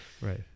Right